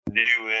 new